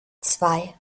zwei